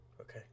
Okay